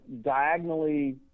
diagonally